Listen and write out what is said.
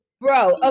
bro